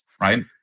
right